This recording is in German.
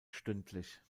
stündlich